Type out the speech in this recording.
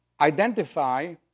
identify